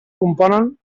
componen